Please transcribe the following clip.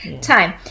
time